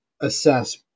assess